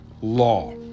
law